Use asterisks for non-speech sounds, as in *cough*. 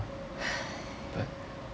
*breath*